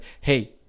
hey